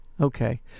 Okay